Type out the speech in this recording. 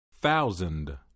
Thousand